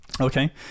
Okay